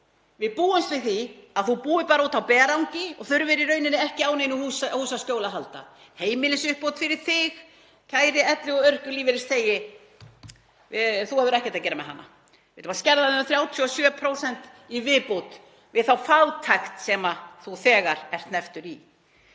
Við búumst við því að þú búir bara úti á berangri og þurfir í rauninni ekki á neinu húsaskjóli að halda. Heimilisuppbót fyrir þig, kæri elli- og örorkulífeyrisþegi, þú hefur ekkert að gera með hana. Við ætlum að skerða þig um 37% í viðbót við þá fátækt sem þú þegar ert hnepptur í.